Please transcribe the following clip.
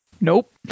Nope